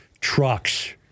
trucks